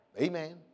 Amen